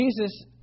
Jesus